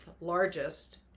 largest